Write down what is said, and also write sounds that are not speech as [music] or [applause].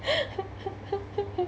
[laughs]